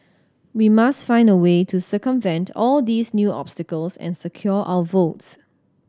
we must find a way to circumvent all these new obstacles and secure our votes